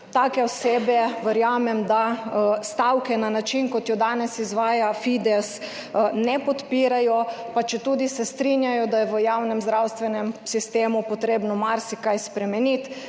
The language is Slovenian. Take osebe verjamem, da stavke na način, kot jo danes izvaja Fides, ne podpirajo, pa četudi se strinjajo, da je v javnem zdravstvenem sistemu potrebno marsikaj spremeniti.